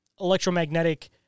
electromagnetic